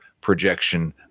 projection